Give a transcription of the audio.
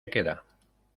queda